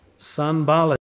Sanballat